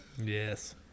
Yes